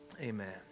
Amen